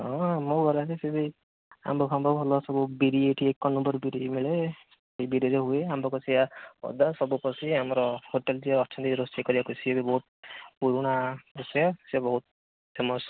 ହଁ ଆମ ବରା ସିଏ ବି ଆମ୍ବ ଫାମ୍ବ ଭଲ ସବୁ ବିରି ଏଠି ଏକ ନମ୍ବର୍ ବିରି ମିଳେ ବିରିରେ ହୁଏ ଆମ୍ବକସିଆ ଅଦା ସବୁ ଆମର ହୋଟେଲ୍ ଯିଏ ଅଛନ୍ତି ରୋଷେଇ କରିବାକୁ ସେ ବି ବହୁତ ପୁରୁଣା ରୋଷେଇୟା ସେ ବହୁତ ଫେମସ୍